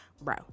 bro